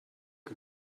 que